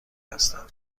هستم